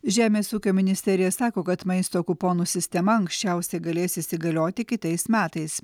žemės ūkio ministerija sako kad maisto kuponų sistema anksčiausiai galės įsigalioti kitais metais